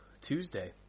tuesday